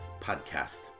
podcast